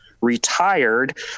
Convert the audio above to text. retired